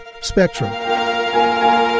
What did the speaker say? Spectrum